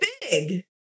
big